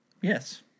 Yes